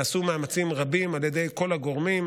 נעשו מאמצים רבים על ידי כל הגורמים,